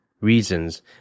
reasons